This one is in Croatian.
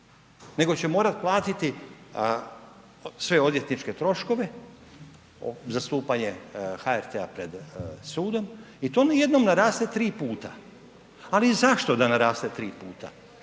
nego će morati platiti sve odvjetničke troškove, zastupanje HRT-a pred sudom i to najednom naraste tri puta. Ali zašto da naraste tri puta,